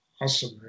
Awesome